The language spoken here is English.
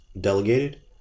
Delegated